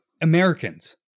Americans